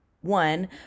one